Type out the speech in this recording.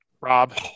Rob